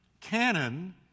canon